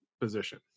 position